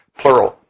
plural